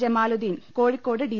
Jamaluddin Kozhikode D